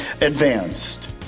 advanced